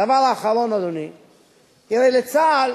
הדבר האחרון, אדוני, תראה, לצה"ל